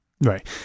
Right